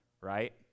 right